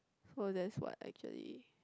so that's what actually